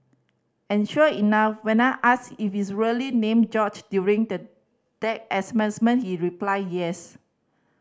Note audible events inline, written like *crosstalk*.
and sure enough when I asked if he's really named George during the deck *unintelligible* he replied yes